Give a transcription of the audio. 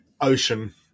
ocean